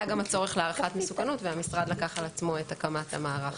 הצורך להערכת מסוכנות והמשרד לקח על עצמו את הקמת המערך.